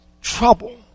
trouble